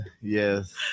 yes